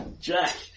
Jack